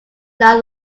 not